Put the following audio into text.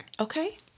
Okay